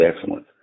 excellence